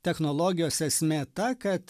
technologijos esmė ta kad